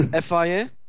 FIA